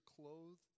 clothed